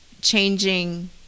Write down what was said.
Changing